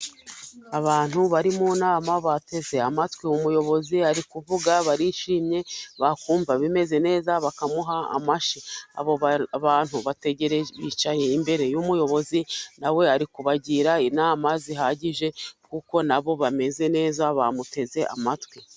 Abantu bari mu nama bateze amatwi umuyobozi, ari kuvuga barishimye, bakumva bimeze neza, bakamuha amashyi. Abo bantu bicaye imbere y'umuyobozi, nawe ari kubagira inama zihagije, kuko nabo bameze neza bamuteze amatwi.